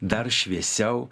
dar šviesiau